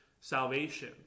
salvation